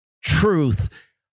truth